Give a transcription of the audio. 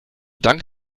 dank